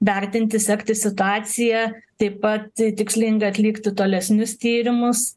vertinti sekti situaciją taip pat tikslinga atlikti tolesnius tyrimus